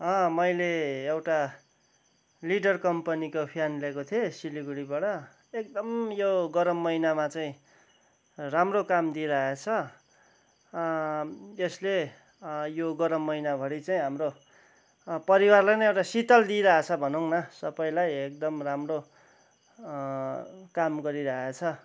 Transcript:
अँ मैले एउटा रिडर कम्पनीको फ्यान लिएको थिएँ सिलगढीबाट एकदम यो गरम महिनामा चाहिँ राम्रो काम दिइरहेछ यसले यो गरम महिनाभरि चाहिँ हाम्रो परिवारलाई नै एउटा शीतल दिइरहेछ भनौँ न सबैलाई एकदम राम्रो काम गरिरहेछ